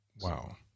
Wow